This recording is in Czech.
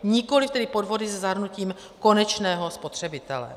Nikoli tedy podvody se zahrnutím konečného spotřebitele.